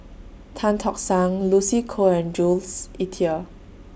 Tan Tock San Lucy Koh and Jules Itier